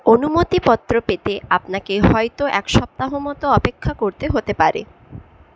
অনুমতিপত্র পেতে আপনাকে হয়তো এক সপ্তাহ মতো অপেক্ষা করতে হতে পারে